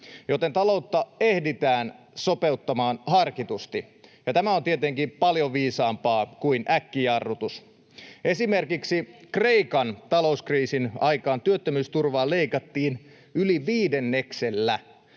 joten taloutta ehditään sopeuttamaan harkitusti, ja tämä on tietenkin paljon viisaampaa kuin äkkijarrutus. Esimerkiksi Kreikan talouskriisin aikaan työttömyysturvaa leikattiin yli viidenneksellä